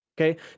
Okay